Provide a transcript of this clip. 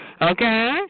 Okay